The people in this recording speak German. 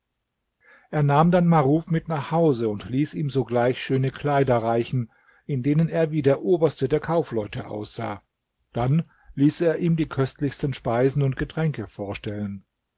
er nahm dann maruf mit nach hause und ließ ihm sogleich schöne kleider reichen in denen er wie der oberste der kaufleute aussah dann ließ er ihm die köstlichsten speisen und getränke vorstellen